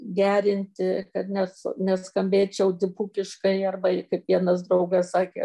gerinti kad nes neskambėčiau dipukiškai arba kaip vienas draugas sakė